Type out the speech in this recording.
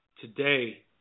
today